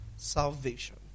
salvation